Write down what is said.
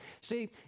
See